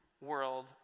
world